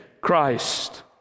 Christ